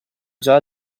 già